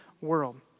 world